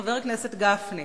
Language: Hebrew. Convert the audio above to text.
חבר הכנסת גפני,